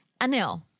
Anil